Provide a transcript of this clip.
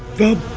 the